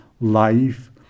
life